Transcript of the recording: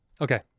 Okay